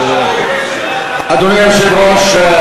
אדוני היושב-ראש,